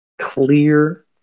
Clear